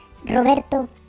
Roberto